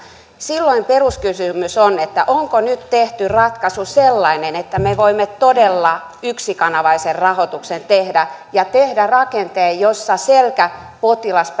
silloin peruskysymys on että onko nyt tehty ratkaisu sellainen että me voimme todella yksikanavaisen rahoituksen tehdä ja tehdä rakenteen jossa selkäpotilas